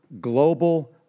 global